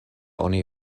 oni